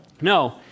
No